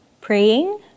praying